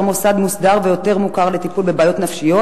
מוסד מוסדר ויותר מוכר לטיפול בבעיות נפשיות,